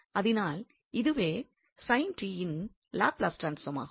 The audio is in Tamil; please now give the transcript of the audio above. அதனால் இதுவே sin t யின் லாப்லஸ் ட்ரான்ஸ்பார்ம் ஆகும்